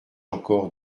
encore